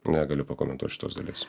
negaliu pakomentuot šitos dalies